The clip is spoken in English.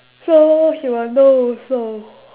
so he will know also